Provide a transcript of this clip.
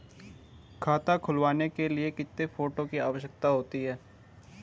खाता खुलवाने के लिए कितने फोटो की आवश्यकता होती है?